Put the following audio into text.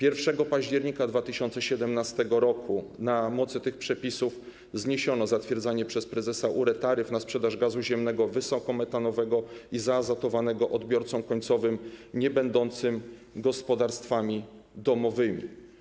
1 października 2017 r. na mocy tych przepisów zniesiono zatwierdzanie przez prezesa URE taryf na sprzedaż gazu ziemnego wysokometanowego i zaazotowanego odbiorcom końcowym niebędącym gospodarstwami domowymi.